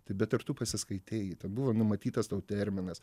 tai bet ar tu pasiskaitei ten buvo numatytas tau terminas